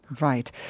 Right